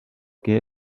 que